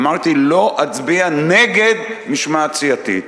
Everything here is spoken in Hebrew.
אמרתי: לא אצביע נגד משמעת סיעתית.